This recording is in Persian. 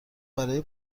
برای